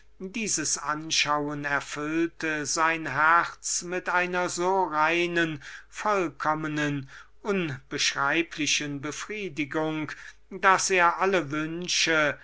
dieses anschauen erfüllte sein herz mit einer so reinen vollkommnen unbeschreiblichen befriedigung daß er alle wünsche